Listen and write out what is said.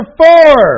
four